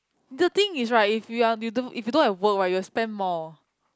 the thing is right if you are you don't if you don't have work right you will spend more